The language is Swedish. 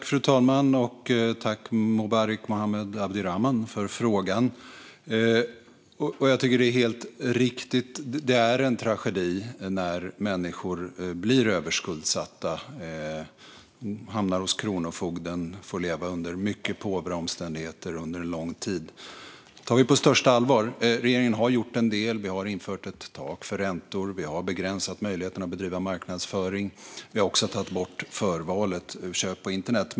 Fru talman! Tack för frågan, Mubarik Mohamed Abdirahman! Helt riktigt är det en tragedi när människor blir överskuldsatta, hamnar hos kronofogden och får leva under mycket påvra omständigheter under lång tid. Det tar vi på största allvar. Regeringen har gjort en del. Vi har infört ett tak för räntor. Vi har begränsat möjligheterna att bedriva marknadsföring. Vi har också tagit bort förvalet vid köp på internet.